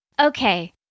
Okay